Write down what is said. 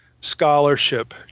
scholarship